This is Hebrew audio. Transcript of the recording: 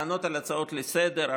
לענות על הצעות לסדר,